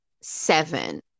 Seven